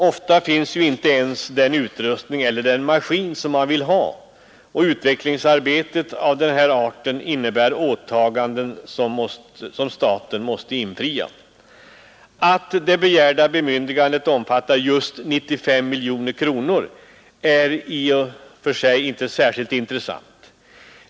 Ofta finns ju inte ens den utrustning eller den maskin man vill ha, och utvecklingsarbete av den här arten innebär åtaganden som staten måste infria. Att det begärda bemyndigandet omfattar just 95 miljoner kronor är i sig inte särskilt intressant.